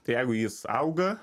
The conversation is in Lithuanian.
tai jeigu jis auga